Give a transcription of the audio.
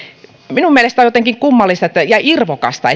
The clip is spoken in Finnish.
minun mielestäni on jotenkin kummallista ja irvokasta että